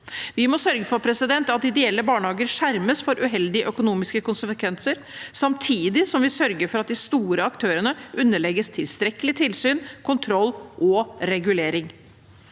Vi må sørge for at ideelle barnehager skjermes for uheldige økonomiske konsekvenser, samtidig som vi sørger for at de store aktørene underlegges tilstrekkelig tilsyn, kontroll og regulering.